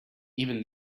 even